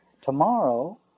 Tomorrow